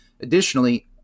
Additionally